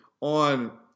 on